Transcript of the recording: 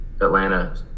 Atlanta